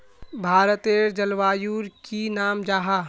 भारतेर जलवायुर की नाम जाहा?